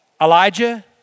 Elijah